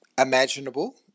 imaginable